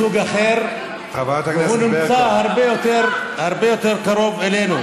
מסוג אחר, והוא נמצא הרבה יותר קרוב אלינו.